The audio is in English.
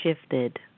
shifted